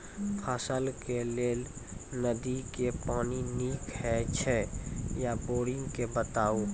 फसलक लेल नदी के पानि नीक हे छै या बोरिंग के बताऊ?